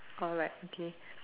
alright okay